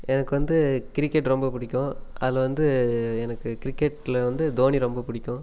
எனக்கு வந்து கிரிக்கெட் ரொம்ப பிடிக்கும் அதில் வந்து எனக்கு கிரிக்கெட்டில் வந்து தோனி ரொம்ப பிடிக்கும்